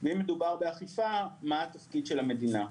ואם מדובר באכיפה, מה התפקיד של המדינה?